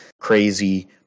crazy